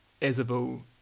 Isabel